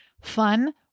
Fun